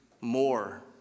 more